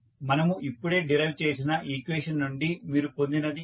మనము ఇప్పుడే డిరైవ్ చేసిన ఈక్వేషన్ నుండి మీరు పొందినది ఇదే